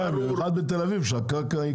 הבעיה בתל אביב שהקרקע יקרה.